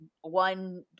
one